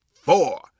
four